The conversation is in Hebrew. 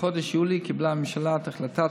בחודש יולי קיבלה הממשלה את החלטה